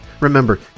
Remember